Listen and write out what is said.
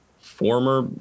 former